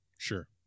Sure